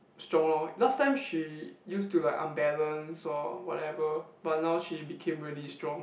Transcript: strong lor last time she used to like unbalance or whatever but now she became really strong